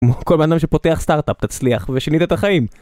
כל אדם שפותח סטארט-אפ תצליח ושינית את החיים.